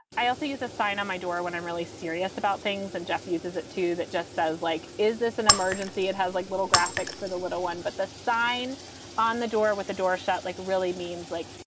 i also use a sign on my door when i'm really serious about things and jeff uses it, too, that just says, like, is this an emergency? it has like little graphics for the little one, but the sign on the door with the door shut like really means like,